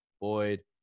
boyd